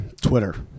Twitter